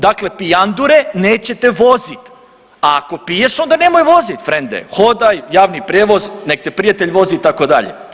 Dakle, pijandure nećete voziti, a ako piješ onda nemoj voziti frende, hodaj, javni prijevoz, nek te prijatelj vozi itd.